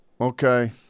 Okay